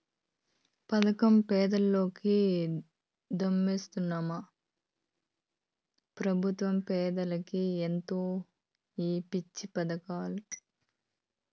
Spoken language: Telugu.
పదకం పేదోల్లకి, దుడ్డేమో పెబుత్వ పెద్దలకి ఏందో ఈ పిచ్చి పదకాలు